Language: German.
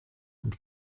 und